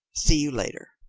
see you later.